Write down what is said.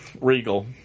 regal